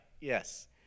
Yes